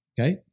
Okay